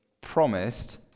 promised